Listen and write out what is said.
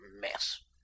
mess